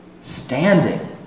Standing